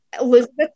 Elizabeth